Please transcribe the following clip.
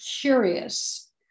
curious